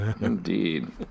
Indeed